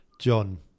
John